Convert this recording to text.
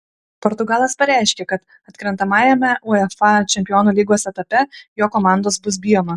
portugalas pareiškė kad atkrentamajame uefa čempionų lygos etape jo komandos bus bijoma